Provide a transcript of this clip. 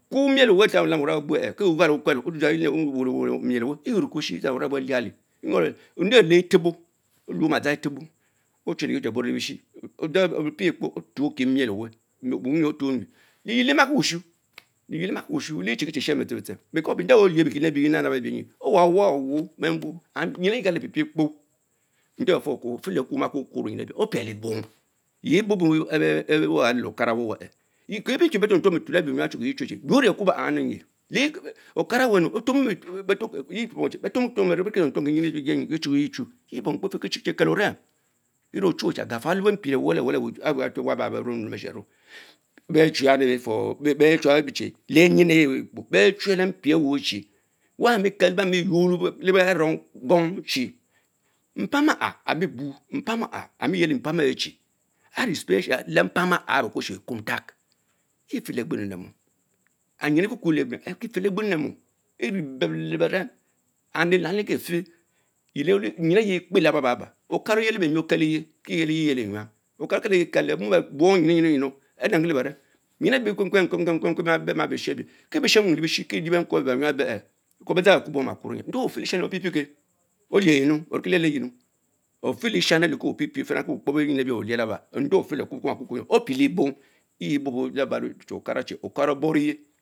Kuo miel Owen are lamin tam wurah ebuere eynorie Kubushie edzanie vorangebuch eliavie nde oriele etbon one omadgan etebo ochr ochie buro letosin opiekpo otuch okie miel owen" wunyin Otuch. antea nyeh, Liyiel limakiwushu, liyiel limaki ushun, liee Shiki tshen bitsem, secourse nde on the bemyn. ebice benasnat abiemi, awawa Qown and nyin eyie Igali più pre kpo nde ofilekubo oma kuor kiwor bemyin bich apiele bog yen exoubo bob-bah ewah lee okara whwehy kie pie chie ber tuom trom betind aubee bilven betrekare chia yuorie akubo ahh, yes etumabe-him chie okara ko thom thom kenjin bechukaye kie fiki chie hel ovem, erun echume chu agafolo Lempi lewele le well anvene waba beh ruum beh tobevoh, ben toim. ts for, chia lenyi erickpo, bechn bep lempi lenyinayichi, was mie kel, wah mne ynor leh avong chie mpam aha anne oun mpain aha ani yerine arch Special lempan ahs anekuchire Ekuntaak yeh foteagbem efele agbens le mom, and nyin mekukor efive agbern leh mom evie boell le beren and lelam legen fen nyimehk kpe laba ba-ba-hah. okara oyebli bemie okeleyien kie yieke eie enyam, Okana okelinge-kell lemumeh abatong nyinu yin- yimm elenki le beren, min lloje kwen lewen befima bishi ebia betshen wumu lebishi kie lie benkwen abe bayuam, because be drang akubo, ndjie ofelenyi ko pie pie kee? olien minu, orneki lich lee nyinup ofitesham kopiepien ko lie bemgin ebien alia laba nde afelakubo ko ma kukurr opielebo? Yie eholo laba chi okara oboro yeh.,